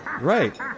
Right